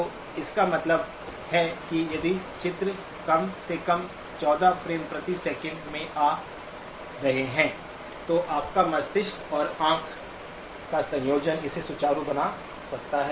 तो इसका मतलब है कि यदि चित्र कम से कम 14 फ्रेम प्रति सेकंड में आ रहे हैं तो आपका मस्तिष्क और आंख का संयोजन इसे सुचारू बना सकता है